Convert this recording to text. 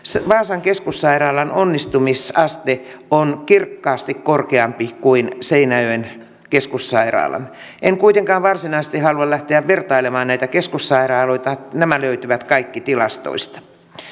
vaasan keskussairaalan onnistumisaste on kirkkaasti korkeampi kuin seinäjoen keskussairaalan en kuitenkaan varsinaisesti halua lähteä vertailemaan näitä keskussairaaloita nämä löytyvät kaikki tilastoista